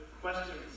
questions